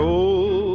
old